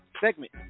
segment